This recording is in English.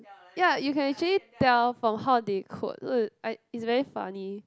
ya you can actually tell from how they code so it's I it's very funny